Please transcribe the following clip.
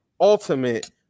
ultimate